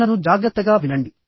ప్రశ్నను జాగ్రత్తగా వినండి